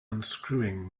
unscrewing